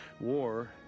War